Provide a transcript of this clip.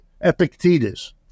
Epictetus